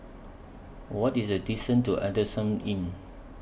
What IS The distance to Adamson Inn